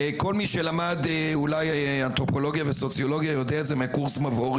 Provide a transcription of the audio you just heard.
וכל מי שלמד אולי אנתרופולוגיה וסוציולוגיה יודע את זה מקורס המבוא,